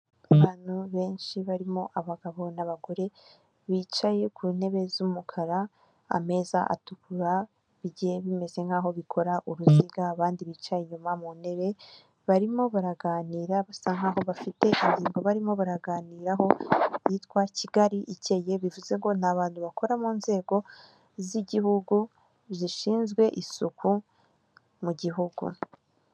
Abantu benshi barimo abagabo n'abagore bicaye ku ntebe z'umukara ameza atukura bigiye bimeze nk'aho bikora uruziga abandi bicaye inyuma mu ntebe barimo baraganira basa nkaho bafite ingingo barimo baraganiraho yitwa kigali ikeye, bivuze ko n'abantu bakora mu nzego z'igihugu zishinzwe isuku mu gihugu.